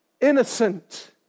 innocent